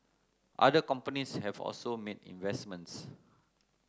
other companies have also made investments